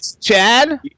Chad